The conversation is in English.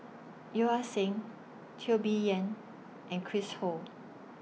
Yeo Ah Seng Teo Bee Yen and Chris Ho